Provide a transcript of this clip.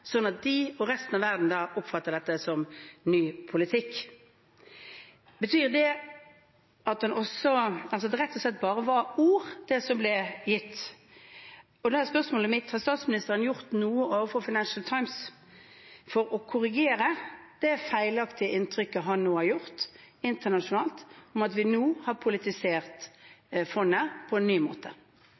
at de og resten av verden oppfatter dette som ny politikk. Betyr det at det rett og slett bare var ord, det som ble sagt? Da er spørsmålet mitt: Har statsministeren gjort noe overfor Financial Times for å korrigere det feilaktige inntrykket han har gitt internasjonalt om at vi nå har politisert fondet på en ny måte?